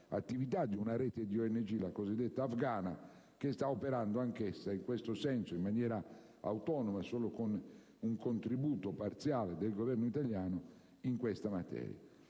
sull'attività di una rete di ONG, la cosiddetta Afghana, che sta operando anch'essa in maniera autonoma, solo con un contributo parziale del Governo italiano, in questa materia.